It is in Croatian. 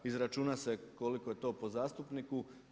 Izračuna se koliko je to po zastupniku.